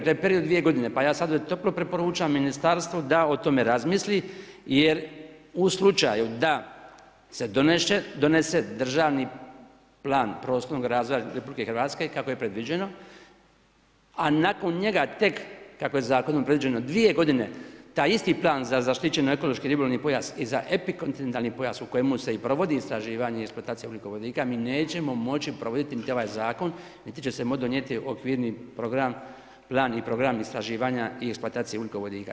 To je period 2 godine, pa ja sada toplo preporučam ministarstvu da o tome razmisli jer u slučaju da se donese Državni plan prostornog razvoja Republike Hrvatske kako je predviđeno, a nakon njega tek kako je zakonom predviđeno dvije godine taj isti plan za zaštićeni ekološki ribolovni pojas i za epikontinentalni pojas u kojemu se i provodi istraživanje i eksploatacija ugljikovodika mi nećemo moći provoditi niti ovaj zakon, niti će se moći donijeti okvirni program, plan i program istraživanja eksploatacije ugljikovodika.